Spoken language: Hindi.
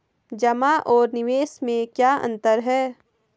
जमा और निवेश में क्या अंतर है?